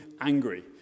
angry